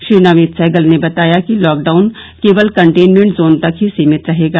श्री नवनीत सहगल ने बताया कि लॉकडाउन केवल कन्टेनमेंट जोन तक ही सीमित रहेगा